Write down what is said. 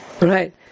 right